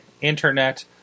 internet